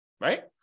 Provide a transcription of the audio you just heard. right